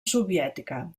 soviètica